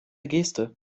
geste